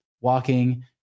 walking